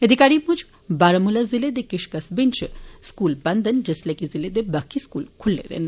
अधिकारी मूजब बारामुला ज़िले दे किश कस्बें इच स्कूल बंद न जिसलै कि ज़िले दे बाकी स्कूल खुल्ले दे न